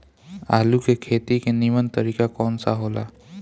आलू के खेती के नीमन तरीका कवन सा हो ला?